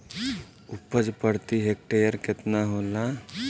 उपज प्रति हेक्टेयर केतना होला?